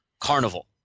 carnival